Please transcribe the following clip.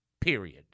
period